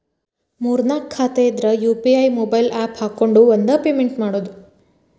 ಮೂರ್ ನಾಕ್ ಖಾತೆ ಇದ್ರ ಯು.ಪಿ.ಐ ಮೊಬೈಲ್ ಆಪ್ ಹಾಕೊಂಡ್ ಒಂದ ಪೇಮೆಂಟ್ ಮಾಡುದು